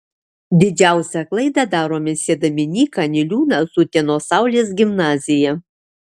didžiausią klaidą darome siedami nyką niliūną su utenos saulės gimnazija